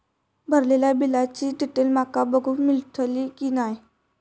भरलेल्या बिलाची डिटेल माका बघूक मेलटली की नाय?